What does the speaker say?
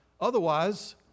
otherwise